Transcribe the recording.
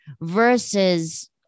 versus